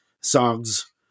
songs